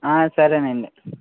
ఆ సరేనండి